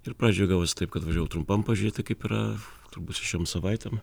ir pradžioj gavosi taip kad važiavau trumpam pažiūrėti kaip yra turbūt šešiom savaitėm